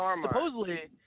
supposedly